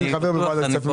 ואני חבר בוועדת כספים.